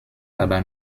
aber